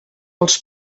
els